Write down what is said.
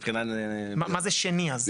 מה זה שני אז?